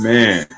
Man